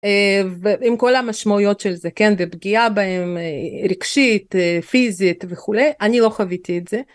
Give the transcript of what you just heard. עם כל המשמעויות של זה כן? ופגיעה בהם רגשית פיזית וכו' אני לא חוויתי את זה.